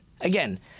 Again